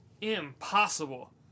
Impossible